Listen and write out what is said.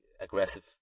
aggressive